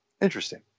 Interesting